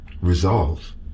resolve